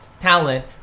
talent